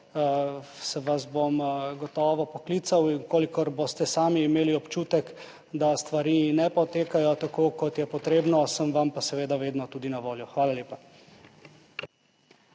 vas bom gotovo poklical. In če boste sami imeli občutek, da stvari ne potekajo tako, kot je potrebno, sem vam pa seveda vedno tudi na voljo. Hvala lepa.